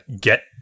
get